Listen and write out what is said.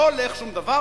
לא הולך שום דבר,